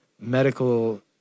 medical